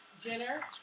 Jenner